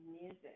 music